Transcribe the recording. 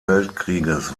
weltkrieges